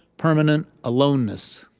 permanent aloneness.